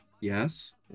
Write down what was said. Yes